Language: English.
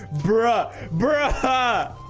brah brah